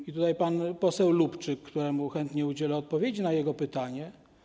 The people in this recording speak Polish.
I tutaj pan poseł Lubczyk, któremu chętnie udzielę odpowiedzi na jego pytanie.